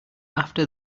after